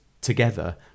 together